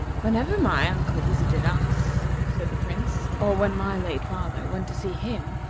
whenever my uncle visited us, said the prince, or when my late father went to see him,